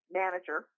manager